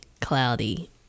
cloudy